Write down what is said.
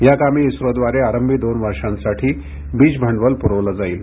याकामी इस्रोद्वारे आरंभी दोन वर्षांसाठी बीज भांडवल पुरवलं जाईल